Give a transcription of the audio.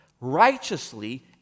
righteously